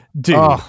dude